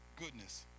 goodness